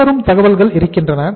பின்வரும் தகவல்கள் இருக்கின்றன